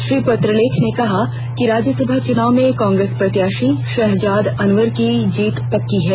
श्री पत्रलेख ने कहा कि राज्यसभा चुनाव में कांग्रेस प्रत्याशी शहजादा अनवर की जीत पक्की है